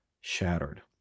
shattered